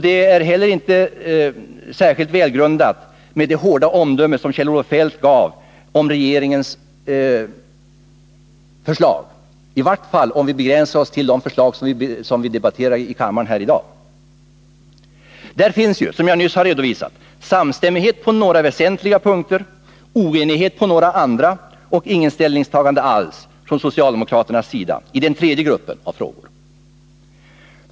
Det hårda omdöme som Kjell-Olof Feldt gav regeringens förslag är inte heller särskilt välgrundat — i vart fall om vi begränsar oss till de förslag som vi debatterar här i kammaren i tiska åtgärder tiska åtgärder dag. Där finns ju, som jag nyss har redovisat, samstämmighet på några väsentliga punkter, oenighet på några andra och inget ställningstagande alls från socialdemokraternas sida i den tredje gruppen av frågor.